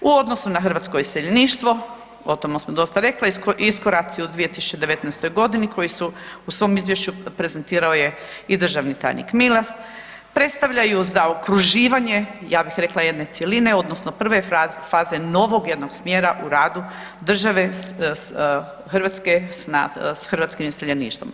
U odnosu na hrvatsko iseljeništvo o tome smo dosta rekli, iskoraci u 2019. godini koji su u svom izvješću prezentirao je i državni tajnik Milas predstavljaju zaokruživanje ja bih rekla jedne cjeline odnosno prve faze novog jednog smjera u radu države s, Hrvatske s hrvatskih iseljeništvom.